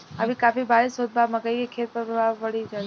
अभी काफी बरिस होत बा मकई के खेत पर का प्रभाव डालि?